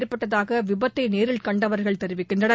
ஏற்பட்டதாக விபத்தை நேரில் கண்டவர்கள் தெரிவிக்கின்றனர்